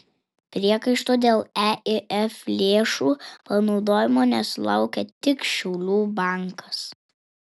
priekaištų dėl eif lėšų panaudojimo nesulaukė tik šiaulių bankas